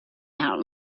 and